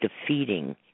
defeating